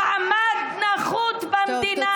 מעמד נחות במדינה,